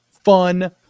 fun